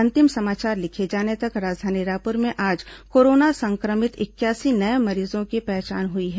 अंतिम समाचार लिखे जाने तक राजधानी रायपुर में आज कोरोना संक्रमित इकयासी नये मरीजों की पहचान हुई है